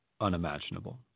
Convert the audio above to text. unimaginable